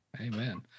Amen